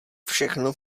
všechno